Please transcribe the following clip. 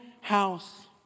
house